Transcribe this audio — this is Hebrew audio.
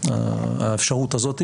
האפשרות הזאת,